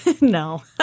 No